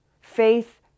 Faith